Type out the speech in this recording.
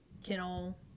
kennel